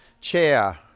chair